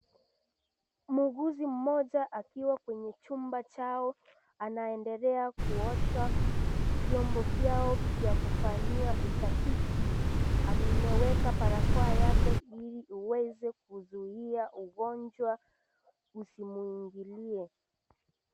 Muuguzi mmoja akiwa kwenye chumba chao anaendelea kuosha vyombo vyao vya kufanyia utafiti. Ameweka barakoa yake ili uweze kuzuia ugonjwa usimuingilie.